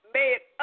made